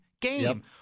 game